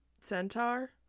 centaur